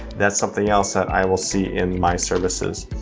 that's something else that i will see in my services.